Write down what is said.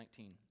19